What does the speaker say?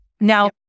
Now